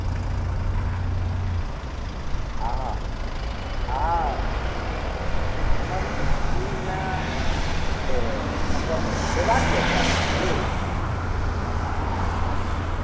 अहाँ हँ हमर इस्कुलमे से अपन सेवा दिअ चाहैत छी